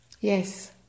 Yes